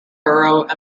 borough